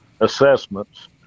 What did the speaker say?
assessments